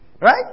Right